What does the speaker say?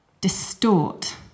distort